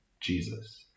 Jesus